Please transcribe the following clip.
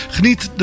Geniet